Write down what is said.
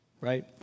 right